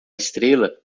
estrela